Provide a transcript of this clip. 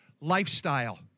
lifestyle